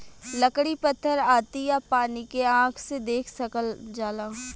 लकड़ी पत्थर आती आ पानी के आँख से देख सकल जाला